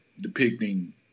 depicting